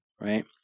right